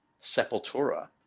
Sepultura